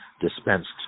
dispensed